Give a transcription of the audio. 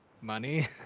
money